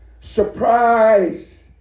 surprise